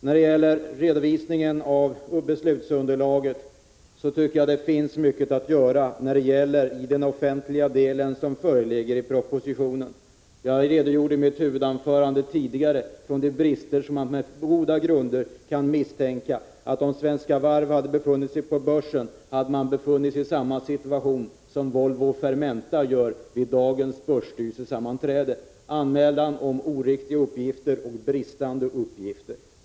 När det gäller redovisningen av beslutsunderlaget tycker jag det finns mycket att göra i den offentliga delen som föreligger i propositionen. Jag redogjorde i mitt huvudanförande för de brister som man på goda grunder kan misstänka skulle ha placerat Svenska Varv, om det hade varit med på I börsen, i samma situation som Volvo och Fermenta befinner sig i vid dagens 23 börsstyrelsesammanträde: anmälan om oriktiga uppgifter och bristande uppgifter.